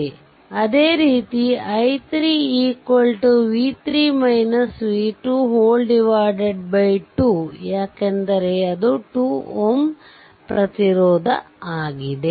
ಅದೇ ರೀತಿ i3 2 ಯಾಕೆಂದರೆ ಅದು 2 Ω ಪ್ರತಿರೋಧ ಆಗಿದೆ